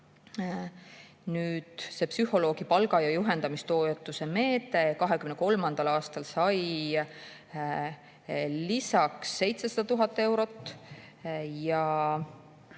Nüüd see psühholoogi palga‑ ja juhendamistoetuse meede 2023. aastal sai lisaks 700 000 eurot ja